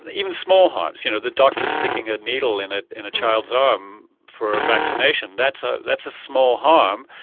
even small harms, you know the doctor sticking ah needle in ah in a child's arm for a vaccination, that's ah that's a small harm,